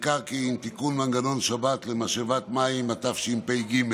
המקרקעין (תיקון, מנגנון שבת למשאבת מים), התשפ"ג.